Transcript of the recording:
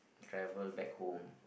travel back home